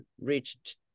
reached